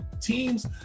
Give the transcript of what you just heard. Teams